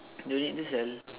don't need to sell